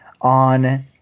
on